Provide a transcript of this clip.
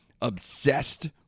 obsessed